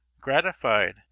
gratified